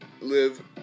Live